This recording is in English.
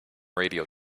radio